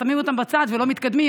שמים אותן בצד ולא מתקדמים.